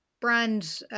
Brand